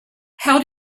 how